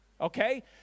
okay